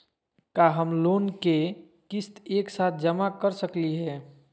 का हम लोन के किस्त एक साथ जमा कर सकली हे?